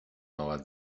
nuova